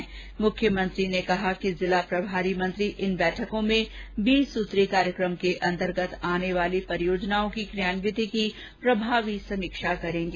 श्री गहलोत ने कहा है कि जिला प्रभारी मंत्री इन बैठकों में बीस सूत्री कार्यक्रम के अन्तर्गत आने वाली परियोजनों की क्रियान्विति की प्रभावी समीक्षा करेंगे